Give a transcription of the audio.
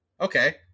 Okay